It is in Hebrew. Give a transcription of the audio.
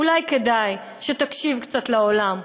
אולי כדאי שתקשיב קצת לעולם,